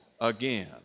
again